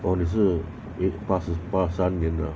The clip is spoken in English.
orh 你是 eh 八十八三年的